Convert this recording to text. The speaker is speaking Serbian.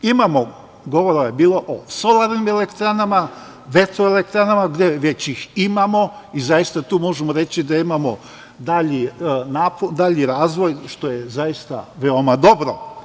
Govora je bilo o solarnim elektranama, vetroelektranama, već ih imamo i tu zaista možemo reći da imamo dalji razvoj, što je zaista veoma dobro.